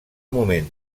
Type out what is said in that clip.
moment